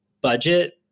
budget